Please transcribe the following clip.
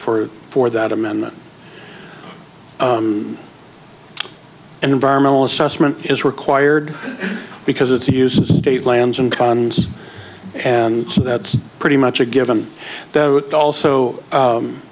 for for that amendment an environmental assessment is required because it uses state lands and cons and that's pretty much a given that also